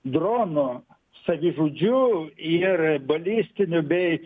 dronų savižudžių ir balistinių bei